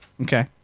Okay